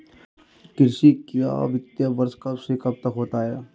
कृषि का वित्तीय वर्ष कब से कब तक होता है?